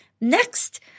next